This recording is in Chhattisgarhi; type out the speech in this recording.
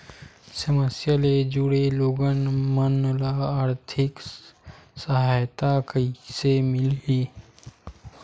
समस्या ले जुड़े लोगन मन ल आर्थिक सहायता कइसे मिलही?